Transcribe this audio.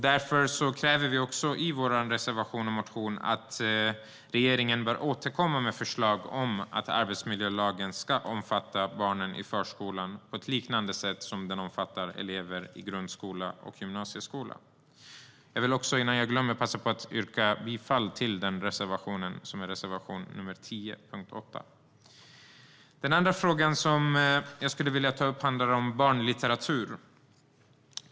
Därför säger vi i vår reservation och motion att regeringen bör återkomma med förslag om att arbetsmiljölagen ska omfatta barnen i förskolan på ett liknande sätt som den omfattar elever i grundskola och gymnasieskola. Jag vill, innan jag glömmer det, passa på att yrka bifall till reservation nr 10 under punkt 8. Den andra frågan som jag skulle vilja ta upp handlar om barnlitteratur.